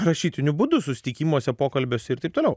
rašytiniu būdu susitikimuose pokalbiuose ir taip toliau